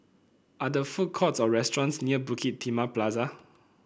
are there food courts or restaurants near Bukit Timah Plaza